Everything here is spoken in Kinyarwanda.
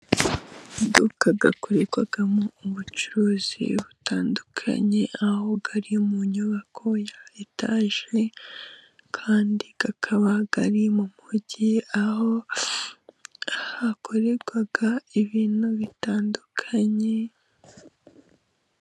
Amaduka akorerwamo ubucuruzi butandukanye, aho ari mu nyubako ya etage, kandi akaba ari mu mujyi ,aho hakorerwa ibintu bitandukanye.